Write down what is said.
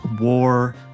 war